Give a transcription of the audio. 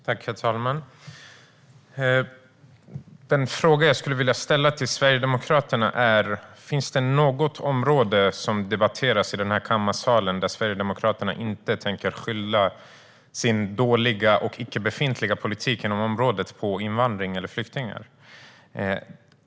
Herr talman! Den fråga jag skulle vilja ställa till Sverigedemokraterna är: Finns det något område som debatteras i den här kammaren där Sverigedemokraterna inte tänker skylla sin dåliga eller icke-befintliga politik inom området på invandring eller flyktingar?